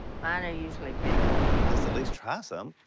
mine are usually bigger. let's at least try some.